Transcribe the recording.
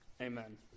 Amen